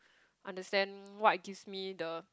understand what gives me the